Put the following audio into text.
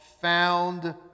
found